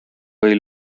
või